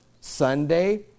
Sunday